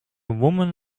woman